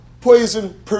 poison